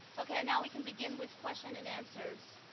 ok, and now we can begin with question and answers.